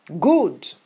good